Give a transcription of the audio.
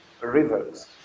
rivers